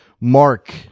Mark